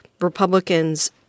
Republicans